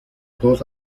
dos